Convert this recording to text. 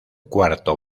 cuarto